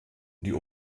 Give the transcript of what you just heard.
die